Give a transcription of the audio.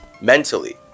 mentally